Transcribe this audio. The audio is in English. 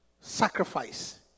sacrifice